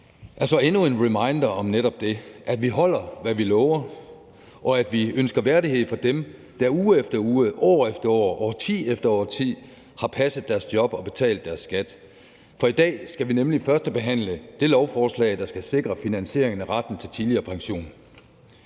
endnu en reminder om netop det: Vi holder, hvad vi lover, og vi ønsker værdighed for dem, der uge efter uge, år efter år og årti efter årti har passet deres job og betalt deres skat. For i dag skal vi nemlig førstebehandle det lovforslag, der skal sikre finansieringen af retten til tidligere pension.